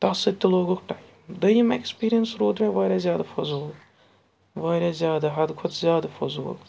تَتھ سۭتۍ تہِ لوگُکھ ٹایم دٔیِم ایٚکٕسپیٖرینٕس روٗد مےٚ واریاہ زیادٕ فضوٗل واریاہ زیادٕ حَدٕ کھۄتہٕ زیادٕ فضوٗل